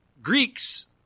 Greeks